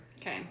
Okay